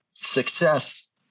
Success